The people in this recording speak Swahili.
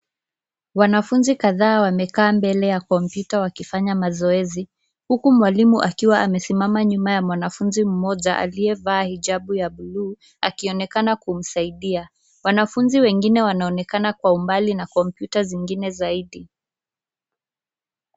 Wanafunzi kadhaa wamekaa mbele ya kompyuta wakifanya mazoezi, huku mwalimu akiwa amesimama nyuma ya mwanafunzi mmoja aliyevaa hijabu ya bluu, akionekana kumsaidia. Wanafunzi wengine wanaonekana kwa umbali na kompyuta zingine zaidi.